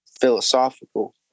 philosophical